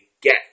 get